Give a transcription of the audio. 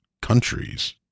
countries